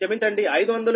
8 j 0